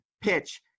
PITCH